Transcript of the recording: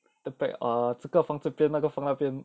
err tent pack 这个放这边那个放那边